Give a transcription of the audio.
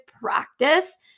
practice